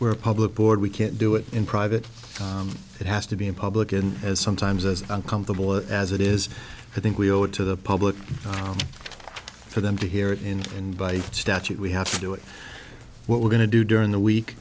where public board we can't do it in private it has to be in public and as sometimes as uncomfortable as it is i think we owe it to the public for them to hear it in and by statute we have to do it what we're going to do during the week